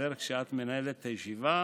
לדבר כשאת מנהלת את הישיבה.